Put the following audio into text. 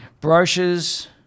brochures